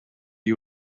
you